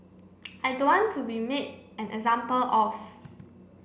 I don't want to be made an example of